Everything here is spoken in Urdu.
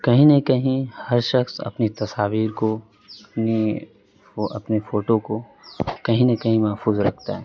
کہیں نہ کہیں ہر شخص اپنی تصاویر کو اپنی اپنے فوٹو کو کہیں نہ کہیں محفوظ رکھتا ہے